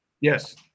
yes